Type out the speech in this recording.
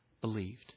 believed